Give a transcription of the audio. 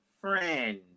friend